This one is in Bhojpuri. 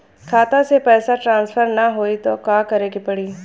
खाता से पैसा ट्रासर्फर न होई त का करे के पड़ी?